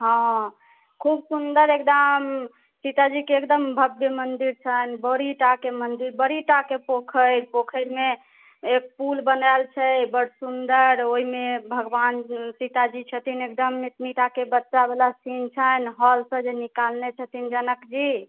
हँ खूब सुन्दर एकदम सीताजीके एकदम भव्य मन्दिर छैन्ह बड़ीटाके मन्दिर बड़ीटाके पोखरि पोखरिमे एक पुल बनायल छै बड्ड सुन्दर ओहिमे भगवान सीताजी छथिन एकदम एतनीटाके बच्चाबला सीन छैन्ह हलसऽ जे निकालने छथिन जनकजी